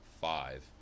Five